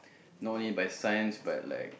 not only by science but like